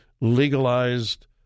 legalized